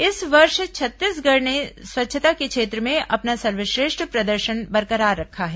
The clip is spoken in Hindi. इस वर्ष छत्तीसगढ़ ने स्वच्छता के क्षेत्र में अपना सर्वश्रेष्ठ प्रदर्शन बरकरार रखा है